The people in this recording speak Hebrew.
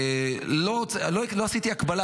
לא עשיתי הקבלה,